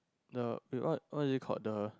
the the what what do you called the